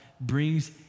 brings